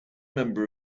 member